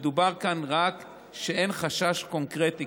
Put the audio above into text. מדובר כאן רק כשאין חשש קונקרטי,